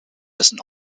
dessen